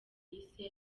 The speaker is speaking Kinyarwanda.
yise